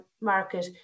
market